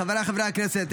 חבריי חברי הכנסת,